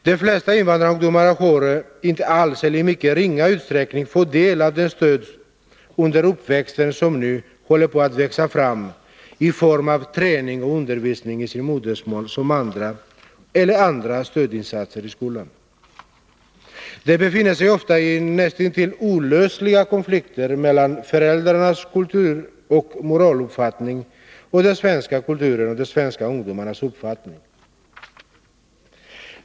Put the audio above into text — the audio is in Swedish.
De flesta invandrarungdomar har inte alls eller i mycket ringa utsträckning fått del av det stöd under uppväxten som nu håller på att växa fram i form av träning och undervisning i sitt modersmål eller andra stödinsatser i skolan. De befinner sig ofta i nästintill olösliga konflikter mellan föräldrarnas kulturoch moraluppfattning och den svenska kulturen och de svenska ungdomarnas uppfattning.